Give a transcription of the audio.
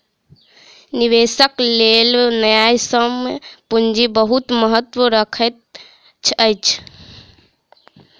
निवेशकक लेल न्यायसम्य पूंजी बहुत महत्त्व रखैत अछि